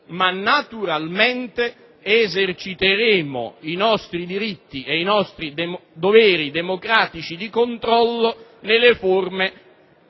ma naturalmente eserciteremo i nostri diritti e i doveri democratici di controllo in forme